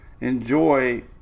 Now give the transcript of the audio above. enjoy